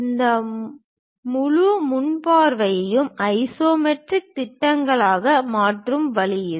இந்த முழு முன் பார்வையும் ஐசோமெட்ரிக் திட்டங்களாக மாற்றும் வழி இது